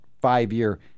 five-year